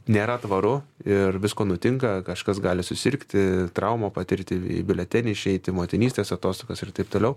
nėra tvaru ir visko nutinka kažkas gali susirgti traumą patirti į biuletenį išeiti motinystės atostogas ir taip toliau